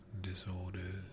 disorders